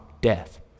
death